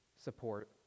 support